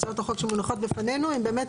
הצעות החוק שמונחות בפנינו הן באמת